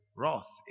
wrath